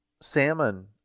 salmon